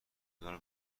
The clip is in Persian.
دلار